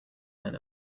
men